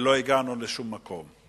ולא הגענו לשום מקום.